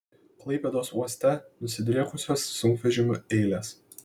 klaipėdos uoste nusidriekusios sunkvežimių eilės